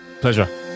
pleasure